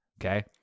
Okay